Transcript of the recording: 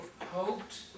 hoped